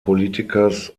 politikers